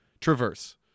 Traverse